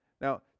Now